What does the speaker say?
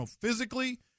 physically